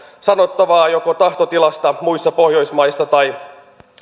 sanottavaa joko tahtotilasta muissa pohjoismaissa tai